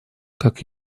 как